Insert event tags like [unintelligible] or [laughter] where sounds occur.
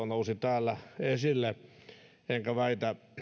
[unintelligible] nousi täällä esille enkä väitä